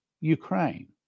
Ukraine